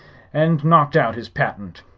and knocked out his patent.